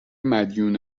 مدیون